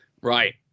Right